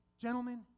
gentlemen